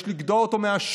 יש לגדוע אותו מהשורש.